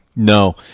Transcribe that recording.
No